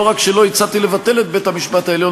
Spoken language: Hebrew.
לא רק שלא הצעתי לבטל את בית-המשפט העליון,